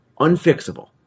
Unfixable